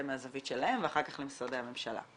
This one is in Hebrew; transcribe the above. מהזווית שלהם ואחר כך למשרדי הממשלה.